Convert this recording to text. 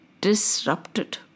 disrupted